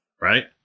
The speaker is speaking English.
right